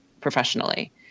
professionally